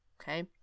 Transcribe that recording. Okay